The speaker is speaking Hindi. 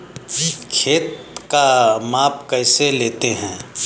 खेत का माप कैसे लेते हैं?